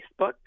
Facebook